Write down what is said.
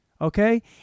okay